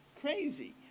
crazy